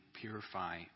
purify